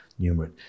numerate